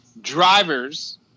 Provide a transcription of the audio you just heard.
drivers